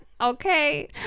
okay